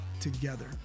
together